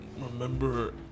remember